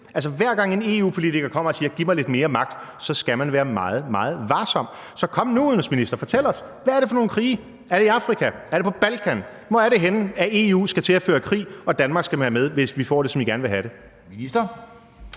mere magt, så skal man være meget, meget varsom. Så kom nu, udenrigsminister, og fortæl os, hvad det er for nogle krige. Er det i Afrika, er det på Balkan, hvor er det henne, at EU skal til at føre krig og Danmark skal være med, hvis vi får det, som I gerne vil have det?